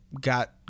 Got